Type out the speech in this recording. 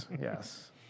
yes